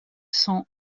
cent